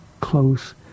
close